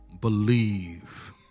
believe